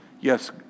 Yes